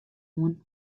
oan